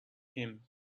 him